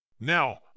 Now